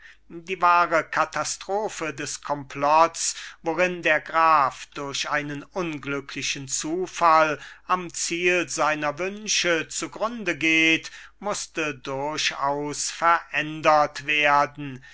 die wahre katastrophe des komplotts worin der graf durch einen unglücklichen zufall am ziel seiner wünsche zugrunde geht mußte durchaus verändert werden